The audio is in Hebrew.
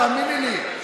תאמיני לי,